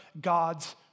God's